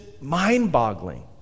mind-boggling